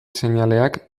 seinaleak